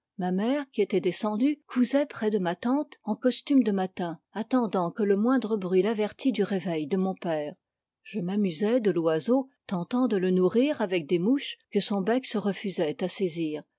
ma mère qui était descendue cousait près de ma tante en costume de matin attendant que le moindre bruit l'avertît du réveil de mon père je m'amusais de l'oiseau tentant de le nourrir avec des mouches que son bec se refusait à saisir